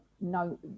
no